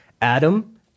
Adam